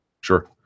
Sure